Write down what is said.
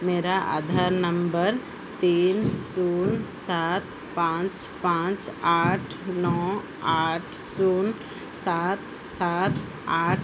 मेरा आधार नंबर तीन शून्य सात पाँच पाँच आठ नौ आठ शून्य सात सात आठ